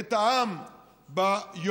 את העם ביום,